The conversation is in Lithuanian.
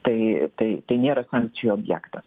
tai tai tai nėra sankcijų objektas